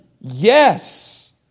yes